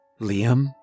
Liam